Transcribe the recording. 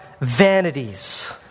vanities